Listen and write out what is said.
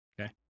Okay